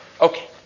Okay